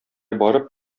барып